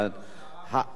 הר-הבית.